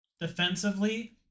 defensively